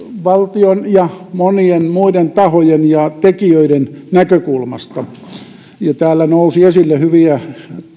valtion ja monien muiden tahojen ja tekijöiden näkökulmasta täällä nousi esille hyviä